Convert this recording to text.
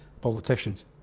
politicians